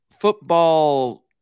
football